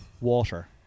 Water